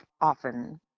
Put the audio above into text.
often –